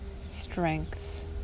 strength